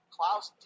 Klaus